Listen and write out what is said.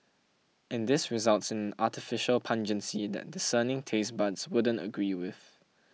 and this results in artificial pungency that discerning taste buds wouldn't agree with